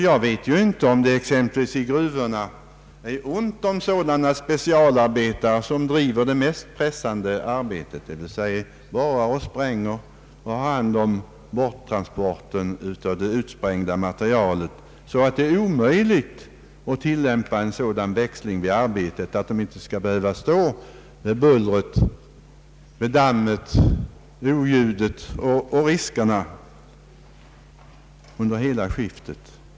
Jag vet inte om det exempelvis i gruvorna är ont om sådana specialarbetare som har det mest pressande arbetet, d. v. s. borrar och spränger och har hand om borttransporten av det utsprängda materialet, och om det kanske är omöjligt att ordna en sådan växling av arbetet att de inte skall behöva stå med bullret, dammet och riskerna under hela skiftet.